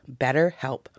BetterHelp